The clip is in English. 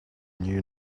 knew